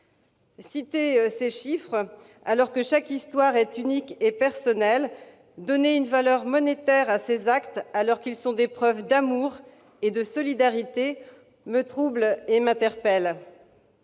Citer ces chiffres, alors que chaque histoire est unique et personnelle, donner une valeur monétaire à ces actes, alors qu'ils sont des preuves d'amour et de solidarité, me trouble et m'interpelle.